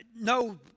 no